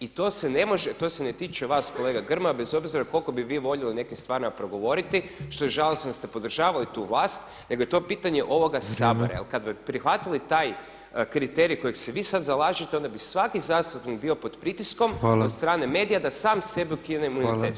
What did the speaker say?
I to se ne tiče vas kolega Grmoja bez obzira koliko bi vi voljeli o nekim stvarima progovoriti što je žalost da ste podržavali tu vlast, nego je to pitanje ovoga Sabora jer kad bi prihvatili taj kriterij za koji se vi sad zalažete onda bi svaki zastupnik bio pod pritiskom od strane medija da sam sebi ukine imunitet.